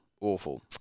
awful